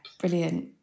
brilliant